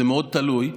זה מאוד תלוי.